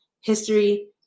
history